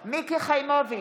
בהצבעה מיקי חיימוביץ'